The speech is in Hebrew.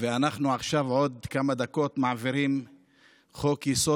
ואנחנו בעוד כמה דקות מעבירים את חוק-יסוד: